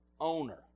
Owner